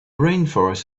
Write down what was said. rainforests